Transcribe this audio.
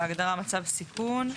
בהגדרה "מצב סיכון".